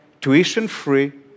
tuition-free